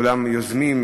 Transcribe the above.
כל היוזמים,